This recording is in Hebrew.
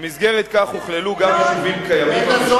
ומה עם אלה באשקלון?